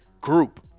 group